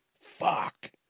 Fuck